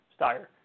Steyer